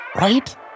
Right